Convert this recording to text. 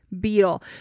beetle